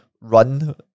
run